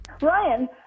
Ryan